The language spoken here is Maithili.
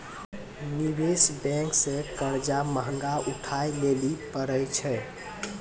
निवेश बेंक से कर्जा महगा उठाय लेली परै छै